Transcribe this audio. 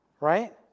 right